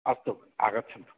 अस्तु आगच्छन्तु